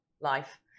life